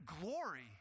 glory